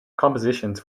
compositions